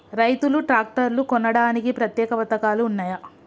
రైతులు ట్రాక్టర్లు కొనడానికి ప్రత్యేక పథకాలు ఉన్నయా?